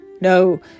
no